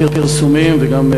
פורסם בתקשורת